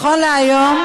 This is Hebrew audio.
נכון להיום,